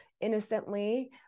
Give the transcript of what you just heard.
innocently